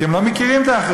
כי הם לא מכירים את האחרים.